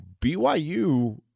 BYU